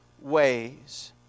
ways